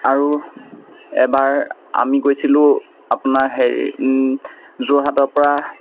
আৰু এবাৰ আমি গৈছিলোঁ আপোনাৰ হেৰি যোৰহাটৰ পৰা